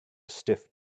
stiff